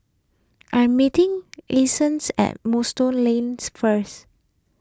I am meeting Eastons at Moonstone Lanes first